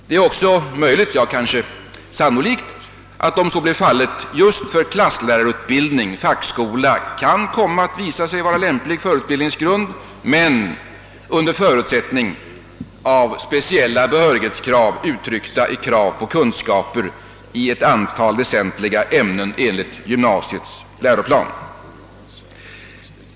Det är också ganska sannolikt att om så blir fallet facksko lan just för klasslärarutbildning kan visa sig vara lämplig förutbildningsgrund, men under förutsättning av speciella behörighetskrav, uttryckta i krav på kunskaper i ett antal väsentliga ämnen enligt gymnasiets läroplan.